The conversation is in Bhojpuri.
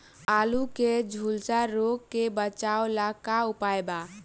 आलू के झुलसा रोग से बचाव ला का उपाय बा?